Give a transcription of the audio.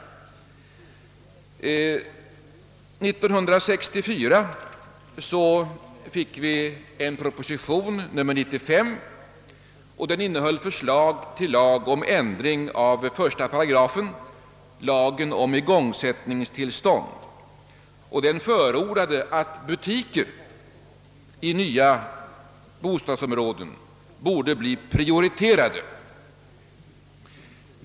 1964 fick riksdagen motta en proposition, nr 95, med förslag till lag om ändring av 1 § lagen om igångsättningstillstånd, vari förordades att butiker i nya bostadsområden borde bli prioriterade.